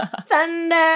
Thunder